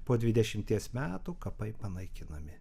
po dvidešimties metų kapai panaikinami